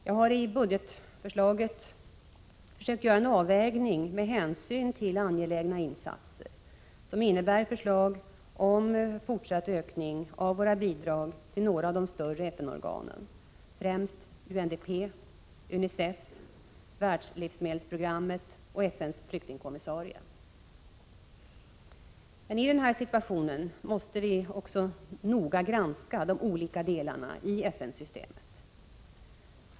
Jag har i budgetförslaget försökt göra en avvägning med hänsyn till angelägna insatser som innebär förslag om fortsatt ökning av våra bidrag till några av de större FN-organen, främst UNDP, UNICEF, Världslivsmedelsprogrammet och FN:s flyktingkommissarie. I den här situationen måste vi dock noga granska de olika delarna i FN-systemet.